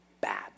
bad